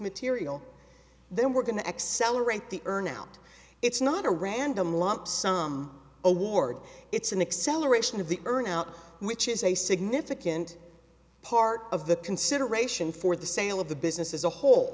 material then we're going to accelerate the earn out it's not a random lump sum award it's an acceleration of the earn out which is a significant part of the consideration for the sale of the business as a whole